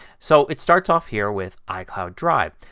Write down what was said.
so it starts off here with icloud drive.